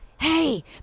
hey